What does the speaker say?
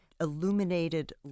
illuminated